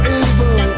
evil